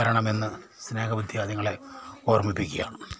തരണമെന്ന് സ്നേഹ മിത്രാദികളെ ഓർമ്മിപ്പിക്കുകയാണ്